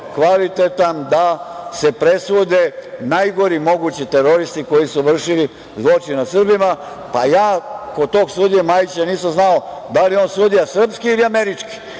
kvalitetan da se presude najgori mogući teroristi koji su vršili zločin nad Srbima. Kod tog sudije Majića nisam znao da li je on sudija srpski ili američki,